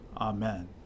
Amen